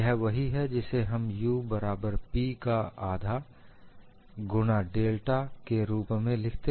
यह वही है जिसे हम U बराबर P का 12 गुणा डेल्टा के रुप में लिखते हैं